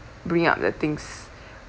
bring up the things